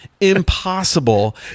impossible